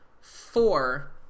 four